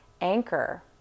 anchor